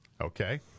Okay